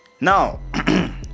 Now